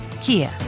Kia